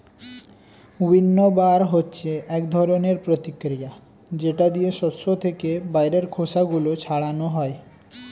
উইন্নবার হচ্ছে এক ধরনের প্রতিক্রিয়া যেটা দিয়ে শস্য থেকে বাইরের খোসা গুলো ছাড়ানো হয়